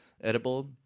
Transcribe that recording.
edible